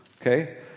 okay